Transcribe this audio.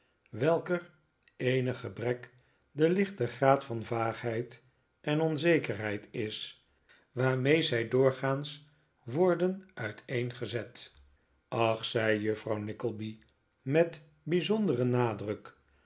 welker eenige gebrek de lichte graad van vaagheid en onzekerheid is waarmee zij doorgaans worden uiteengezet ach zei juffrouw nickleby met bijzonderen nadruk